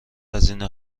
هزینه